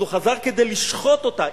אז הוא חזר כדי לשחוט אותה.